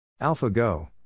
AlphaGo